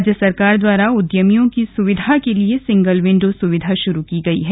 राज्य सरकार द्वारा उद्यमियों की सुविधा के लिए सिंगल विंडो संविधा शुरू की गई है